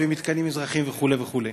מתקנים אזרחיים וכו' וכו'.